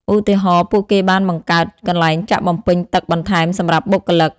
ឧទាហរណ៍ ពួកគេបានបង្កើតកន្លែងចាក់បំពេញទឹកបន្ថែមសម្រាប់បុគ្គលិក។